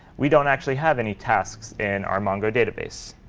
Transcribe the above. we don't actually have any tasks in our mongo database.